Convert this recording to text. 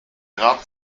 grab